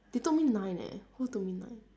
they told me nine eh who told me nine